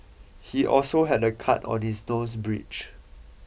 he also had a cut on his nose bridge